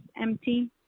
empty